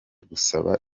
gusaba